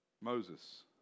Moses